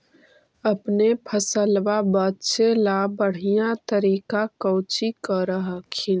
अपने फसलबा बचे ला बढ़िया तरीका कौची कर हखिन?